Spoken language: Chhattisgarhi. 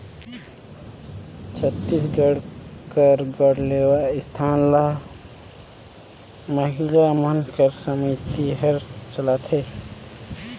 छत्तीसगढ़ कर गढ़कलेवा संस्था ल महिला मन कर समिति हर चलाथे